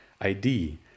ID